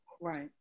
Right